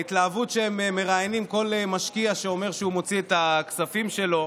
ההתלהבות שבה הם מראיינים כל משקיע שאומר שהוא מוציא את הכספים שלו,